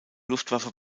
luftwaffe